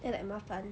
then like 麻烦